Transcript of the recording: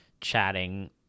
chatting